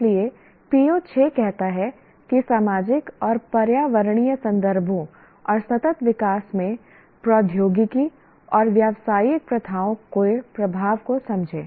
इसलिए PO6 कहता है कि सामाजिक और पर्यावरणीय संदर्भों और सतत विकास में प्रौद्योगिकी और व्यावसायिक प्रथाओं के प्रभाव को समझें